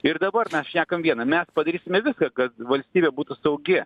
ir dabar mes šnekam vieną mes padarysime viską kad valstybė būtų saugi